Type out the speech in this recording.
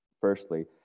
firstly